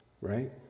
right